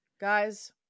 guys